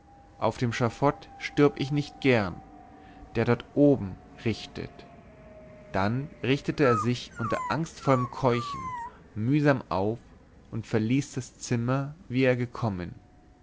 auf dem schafott stürb ich nicht gern der dort oben richtet dann richtete er sich unter angstvollem keuchen mühsam auf und verließ das zimmer wie er gekommen